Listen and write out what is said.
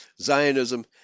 Zionism